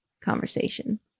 conversation